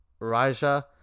Raja